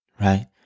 right